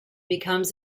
becomes